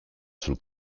sul